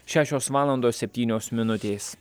šešios valandos septynios minutės